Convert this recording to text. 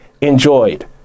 enjoyed